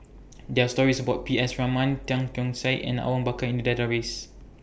There Are stories about P S Raman Tan Keong Saik and Awang Bakar in The Database